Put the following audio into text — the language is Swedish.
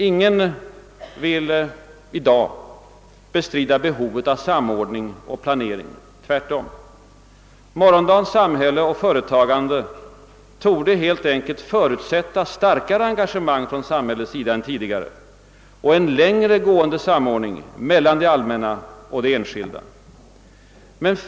Ingen vill i dag bestrida behovet av samordning och planering — tvärtom. Morgondagens samhälle och företagande torde helt enkelt förutsätta starkare engagemang än tidigare från samhällets sida och en längre gående samordning mellan det allmänna och de enskilda.